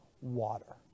water